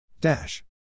Dash